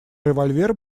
револьвер